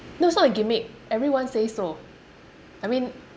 no it's not a gimmick everyone says so I mean